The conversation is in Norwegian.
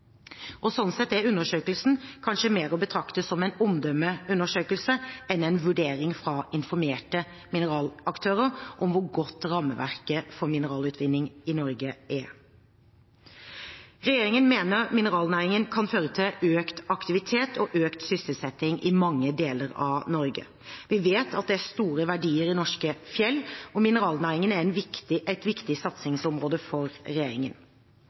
Sånn sett er undersøkelsen kanskje mer å betrakte som en omdømmeundersøkelse enn en vurdering fra informerte mineralaktører av hvor godt rammeverket for mineralutvinning i Norge er. Regjeringen mener mineralnæringen kan føre til økt aktivitet og økt sysselsetting i mange deler av Norge. Vi vet at det er store verdier i norske fjell, og mineralnæringen er et viktig satsingsområde for regjeringen.